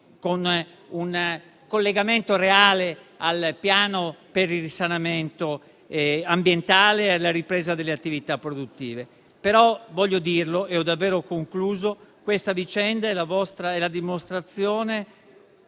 con un collegamento reale al piano per il risanamento ambientale e la ripresa delle attività produttive. Voglio dire però, in conclusione, che questa vicenda è la dimostrazione